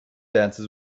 dances